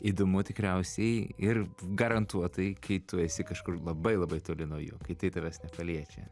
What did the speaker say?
įdomu tikriausiai ir garantuotai kai tu esi kažkur labai labai toli nuo jų kai tavęs nepaliečia